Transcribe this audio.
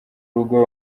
rugo